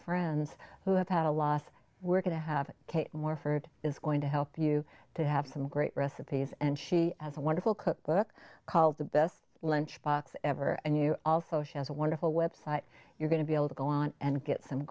friends who have had a loss we're going to have morford is going to help you to have some great recipes and she has a wonderful cookbook called the best lunchbox ever and you also she has a wonderful website you're going to be able to go on and get some